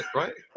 right